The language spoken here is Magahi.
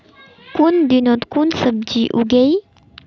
कुन दिनोत कुन सब्जी उगेई?